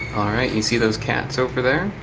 you see those cats over there?